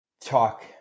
talk